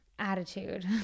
attitude